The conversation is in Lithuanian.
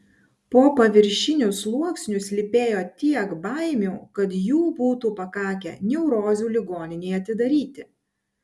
po paviršiniu sluoksniu slypėjo tiek baimių kad jų būtų pakakę neurozių ligoninei atidaryti